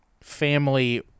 family